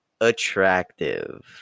attractive